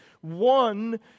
one